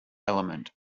element